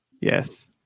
Yes